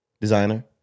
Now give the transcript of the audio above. designer